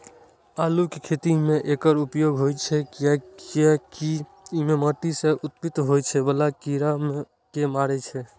आलूक खेती मे एकर उपयोग होइ छै, कियैकि ई माटि सं उत्पन्न होइ बला कीड़ा कें मारै छै